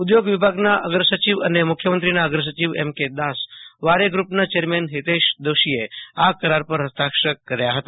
ઉધોગ વિભાગના અગ્રસચિવ અને મુખ્યમંત્રીના અગ્ર સચિવ એમ કે દાસ વારે ગ્રુ પના ચેરમેન હિતેશ દોશીએ આ કરાર પર હસ્તાક્ષર કર્યા હતા